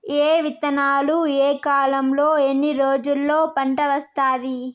ఏ విత్తనాలు ఏ కాలంలో ఎన్ని రోజుల్లో పంట వస్తాది?